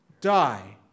Die